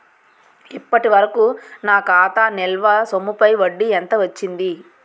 ఇప్పటి వరకూ నా ఖాతా నిల్వ సొమ్ముపై వడ్డీ ఎంత వచ్చింది?